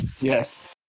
Yes